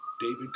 David